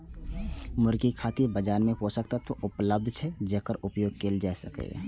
मुर्गी खातिर बाजार मे पोषक तत्व उपलब्ध छै, जेकर उपयोग कैल जा सकैए